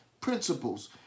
principles